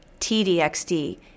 TDXD